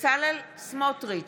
בצלאל סמוטריץ'